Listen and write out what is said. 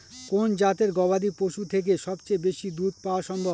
কোন জাতের গবাদী পশু থেকে সবচেয়ে বেশি দুধ পাওয়া সম্ভব?